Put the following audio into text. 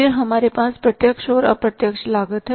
फिर हमारे पास प्रत्यक्ष और अप्रत्यक्ष लागत है